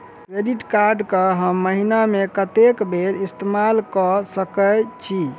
Credit card कऽ हम महीना मे कत्तेक बेर इस्तेमाल कऽ सकय छी?